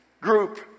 group